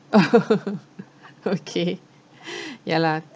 okay ya lah